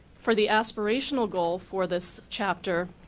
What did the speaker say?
for the aspirational goal for this chapter,